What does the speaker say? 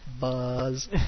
buzz